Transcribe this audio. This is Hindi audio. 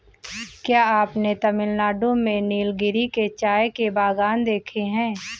क्या आपने तमिलनाडु में नीलगिरी के चाय के बागान देखे हैं?